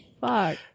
Fuck